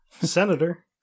senator